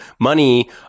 money